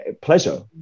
pleasure